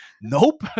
nope